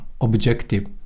objective